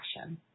action